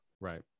Right